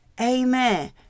Amen